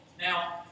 Now